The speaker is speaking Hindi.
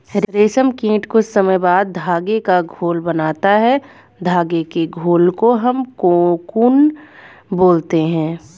रेशम कीट कुछ समय बाद धागे का घोल बनाता है धागे के घोल को हम कोकून बोलते हैं